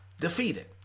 defeated